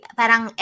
parang